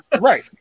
Right